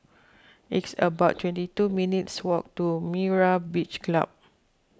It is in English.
it's about twenty two minutes' walk to Myra's Beach Club